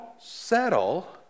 settle